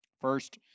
First